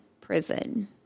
prison